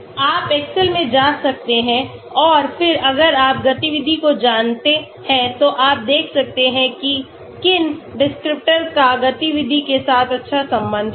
आप एक्सेल में जा सकते हैं और फिर अगर आप गतिविधि को जानते हैं तो आप देख सकते हैं कि किन डिस्क्रिप्टर का गतिविधि के साथ अच्छा संबंध है